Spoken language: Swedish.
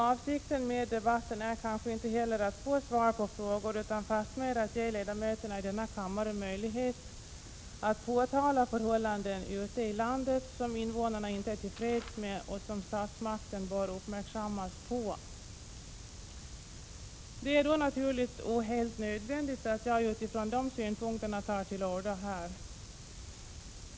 Avsikten med debatten är kanske inte heller att få svar på frågor utan fastmer att ge ledamöterna i denna kammare möjlighet att påtala förhållanden ute i landet som invånarna inte är till freds med och som statsmakten bör uppmärksammas på. Det är då naturligt och helt nödvändigt att jag utifrån dessa synpunkter tar till orda här.